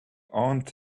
aunt